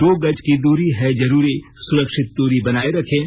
दो गज की दूरी है जरूरी सुरक्षित दूरी बनाए रखें